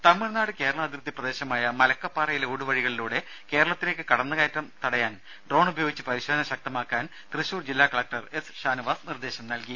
ദേദ തമിഴ്നാട് കേരള അതിർത്തി പ്രദേശമായ മലക്കപ്പാറയിലെ ഊടുവഴികളിലൂടെ കേരളത്തിലേക്ക് കടന്ന് കയറ്റം തടയാൻ ഡ്രോൺ ഉപയോഗിച്ച് പരിശോധന ശക്തമാക്കാൻ തൃശൂർ ജില്ലാ കളക്ടർ എസ് ഷാനവാസ് നിർദ്ദേശം നൽകി